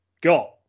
got